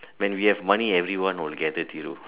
when we have money everyone will gather Thiru